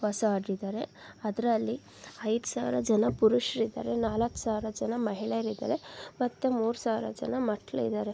ವಾಸವಾಗಿದ್ದಾರೆ ಅದರಲ್ಲಿ ಐದು ಸಾವಿರ ಜನ ಪುರುಷ್ರಿದ್ದಾರೆ ನಾಲ್ಕು ಸಾವಿರ ಜನ ಮಹಿಳೆಯರಿದ್ದಾರೆ ಮತ್ತು ಮೂರು ಸಾವಿರ ಜನ ಮಕ್ಳಿದ್ದಾರೆ